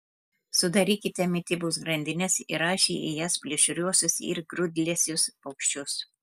sudarykite mitybos grandines įrašę į jas plėšriuosius ir grūdlesius paukščius